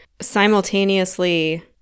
simultaneously